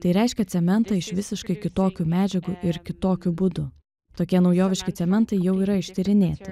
tai reiškia cementą iš visiškai kitokių medžiagų ir kitokiu būdu tokie naujoviški cementai jau yra ištyrinėti